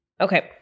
Okay